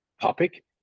topic